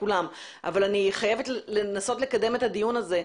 כולם אבל אני חייבת לנסות לקדם את הדיון הזה,